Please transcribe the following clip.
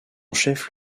chef